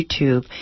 YouTube